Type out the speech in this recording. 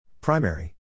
Primary